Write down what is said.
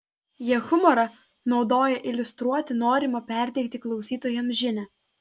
jie humorą naudoja iliustruoti norimą perteikti klausytojams žinią